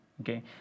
okay